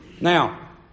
Now